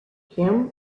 kim